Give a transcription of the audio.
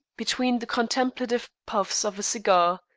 between the contemplative puffs of a cigar,